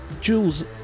Jules